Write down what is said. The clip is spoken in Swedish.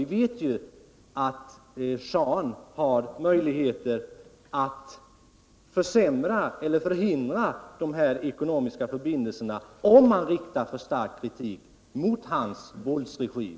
Vi vet ju att shahen har möjligheter att försämra eller förhindra dessa ekonomiska förbindelser, om man skulle rikta en för stark kritik mot hans våldsregim.